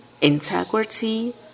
integrity